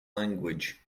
language